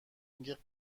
میگه